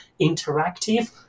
interactive